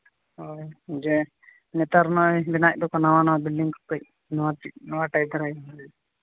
ᱦᱳᱭ ᱡᱮ ᱱᱮᱛᱟᱨ ᱱᱚᱜᱼᱚᱭ ᱵᱮᱱᱟᱣᱮᱫ ᱫᱚᱠᱚ ᱱᱟᱣᱟ ᱱᱟᱣᱟ ᱵᱮᱞᱰᱤᱝ ᱠᱚ ᱠᱟᱹᱡ ᱱᱚᱣᱟ ᱴᱟᱭᱤᱯ ᱱᱚᱣᱟ ᱴᱟᱭᱤᱯ ᱫᱷᱟᱨᱟ ᱜᱮᱭᱟ